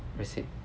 receipt